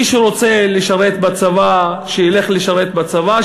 מי שרוצה לשרת בצבא שילך לשרת בצבא,